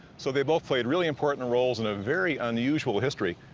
so they've both played really important roles in a very unusual history.